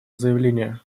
заявление